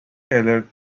taylor